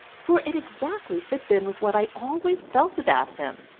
for it exactly fits in with what i always felt about him.